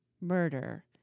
murder